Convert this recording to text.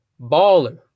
baller